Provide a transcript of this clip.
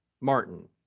Martin